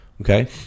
okay